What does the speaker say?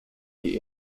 die